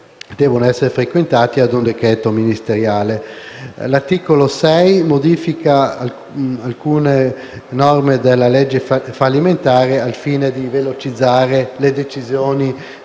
devono essere frequentati ad un decreto ministeriale. L'articolo 6 modifica alcune norme della legge fallimentare al fine di velocizzare le decisioni